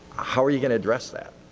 how are you going to address that?